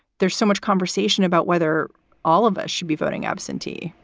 there's so much conversation about whether all of us should be voting absentee,